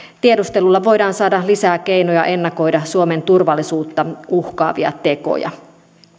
tiedustelulla voidaan saada lisää keinoja ennakoida suomen turvallisuutta uhkaavia tekoja